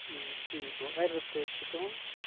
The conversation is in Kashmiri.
ٹھیٖک گوٚو ایٚڈرَس کیٛاہ حظ چھُ تُہُنٛد